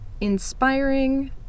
inspiring